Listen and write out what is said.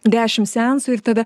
dešimt seansų ir tada